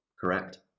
Correct